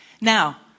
Now